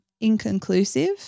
inconclusive